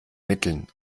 mitteln